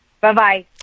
Bye-bye